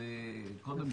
קודם